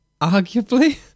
arguably